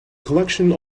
collection